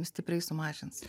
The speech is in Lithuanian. stipriai sumažins